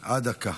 דקה.